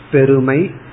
Perumai